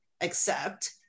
accept